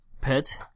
pet